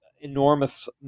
enormous